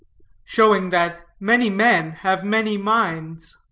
showing that many men have many minds.